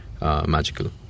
magical